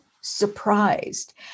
surprised